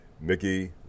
Mickey